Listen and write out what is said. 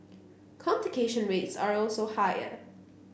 complication rates are also higher